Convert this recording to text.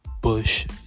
bush